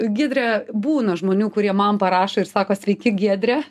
giedre būna žmonių kurie man parašo ir sako sveiki giedre